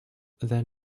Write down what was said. then